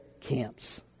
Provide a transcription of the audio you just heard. camps